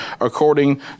according